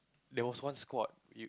there was one squad you